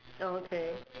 oh okay